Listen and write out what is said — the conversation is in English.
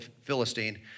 Philistine